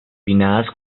pinnadas